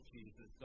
Jesus